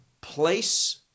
place